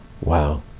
Wow